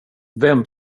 vem